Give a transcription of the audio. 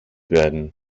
werden